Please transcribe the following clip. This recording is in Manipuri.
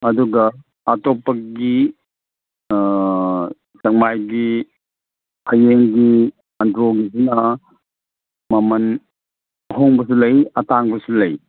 ꯑꯗꯨꯒ ꯑꯇꯣꯞꯄꯒꯤ ꯁꯦꯛꯃꯥꯏꯒꯤ ꯐꯌꯦꯡꯒꯤ ꯑꯟꯗ꯭ꯔꯣꯒꯤꯁꯤꯅ ꯃꯃꯟ ꯑꯍꯣꯡꯕꯁꯨ ꯂꯩ ꯑꯇꯥꯡꯕꯁꯨ ꯂꯩ